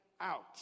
out